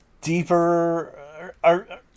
deeper